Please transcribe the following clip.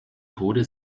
tode